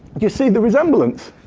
you see the resemblance?